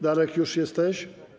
Darek, już jesteś?